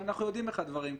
אנחנו יודעים איך הדברים קורים.